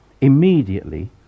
Immediately